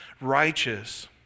righteous